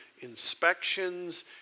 inspections